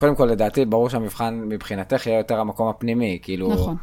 קודם כל לדעתי ברור שהמבחן מבחינתך יהיה יותר המקום הפנימי כאילו, נכון.